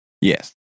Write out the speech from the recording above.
yes